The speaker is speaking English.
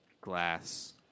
glass